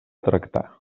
tractar